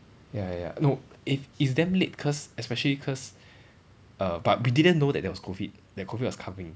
ya ya no eh it's damn late cause especially cause err but we didn't know that there was COVID that COVID was coming